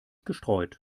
gestreut